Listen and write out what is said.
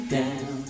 down